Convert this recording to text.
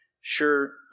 sure